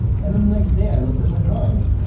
and then the next day i looked at my drawings,